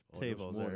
tables